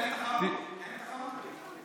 אין תחרות.